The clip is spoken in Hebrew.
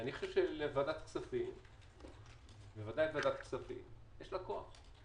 לוועדת כספים יש כוח.